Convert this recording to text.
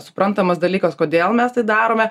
suprantamas dalykas kodėl mes tai darome